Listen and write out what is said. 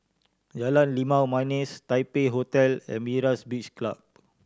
Jalan Limau Manis Taipei Hotel and Myra's Beach Club